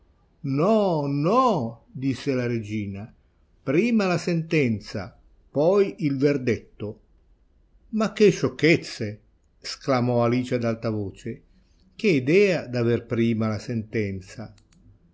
no no disse la regina prima la sentenza poi il verdetto ma che sciocchezze sclamò alice ad alta voce che idea d'aver prima la sentenza